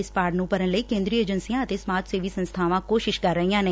ਇਸ ਪਾਤ ਨੂੰ ਭਰਨ ਲਈ ਕੇ'ਦਰੀ ਏਜੰਸੀਆਂ ਅਤੇ ਸਮਾਜ ਸੇਵੀ ਸੰਸਬਾਵਾਂ ਕੋਸ਼ਿਸ਼ ਕਰ ਰਹੀਆਂ ਨੇ